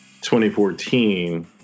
2014